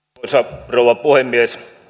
arvoisa rouva puhemies